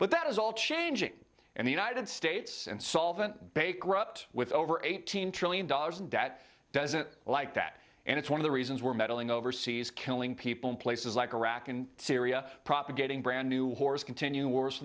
but that is all changing and the united states and solvent bankrupt with over eight hundred trillion dollars in debt doesn't like that and it's one of the reasons we're meddling overseas killing people in places like iraq and syria propagating brand new continue wars